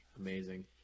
amazing